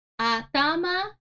atama